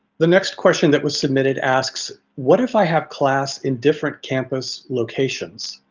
the next question that was submitted asks what if i have class in different campus locations?